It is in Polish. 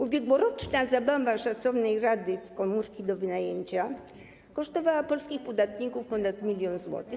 Ubiegłoroczna zabawa szacownej rady w komórki do wynajęcia kosztowała polskich podatników ponad milion złotych.